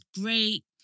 great